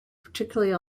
particularly